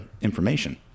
information